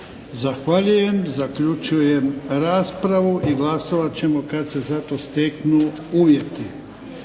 Zahvaljujem. Zaključujem raspravu i glasovat ćemo kada se za to steknu uvjeti.